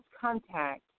contact